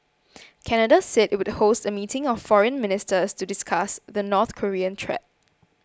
Canada said it would host a meeting of foreign ministers to discuss the North Korean threat